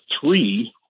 three